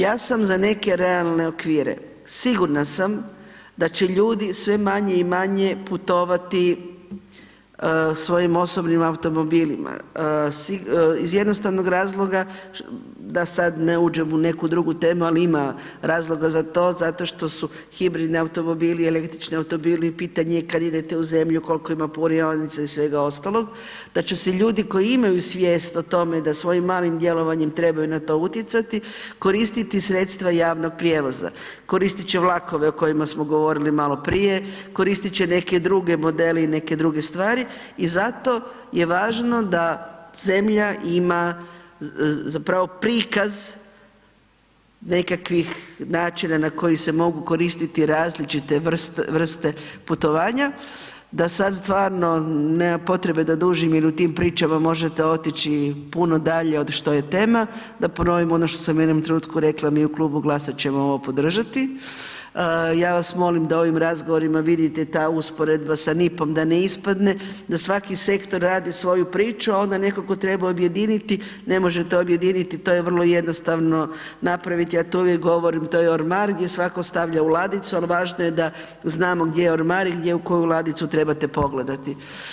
Ja sam za neke realne okvire, sigurna sam da će ljudi sve manje i manje putovati svojim osobnim automobilima iz jednostavnog razloga, da sad ne uđem u neku drugu temu, al ima razloga za to zato što su hibridni automobili, električni automobili, pitanje je kad idete u zemlju kolko ima punionica i svega ostalog, da će se ljudi koji imaju svijest o tome da svojim malim djelovanjem trebaju na to utjecati, koristiti sredstva javnog prijevoza, koristit će vlakove o kojima smo govorili maloprije, korist će neke druge modele i neke druge stvari i zato je važno da zemlja ima zapravo prikaz nekakvih načina na koji se mogu koristiti različite vrste putovanja, da sad stvarno nema potrebe da dužim jel u tim pričama možete otići puno dalje od što je tema, da ponovim ono što sam u jednom trenutku rekla, mi u Klubu GLAS-a ćemo ovo podržati, ja vas molim da ovim razgovorima vidite ta usporedba sa MIP-om da ne ispadne da svaki sektor radi svoju priču, a onda neko ko treba objediniti, ne može to objediniti, to je vrlo jednostavno napraviti, ja to uvijek govorim to je ormar gdje svako stavlja u ladicu, al važno je da znamo gdje je ormar i gdje, u koju ladicu trebate pogledati.